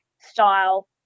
style